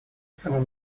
самом